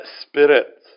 spirit